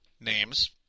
names